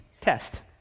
test